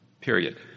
Period